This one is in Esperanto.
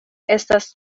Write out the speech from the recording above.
estas